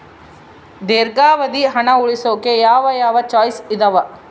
ದೇರ್ಘಾವಧಿ ಹಣ ಉಳಿಸೋಕೆ ಯಾವ ಯಾವ ಚಾಯ್ಸ್ ಇದಾವ?